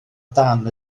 dan